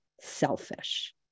selfish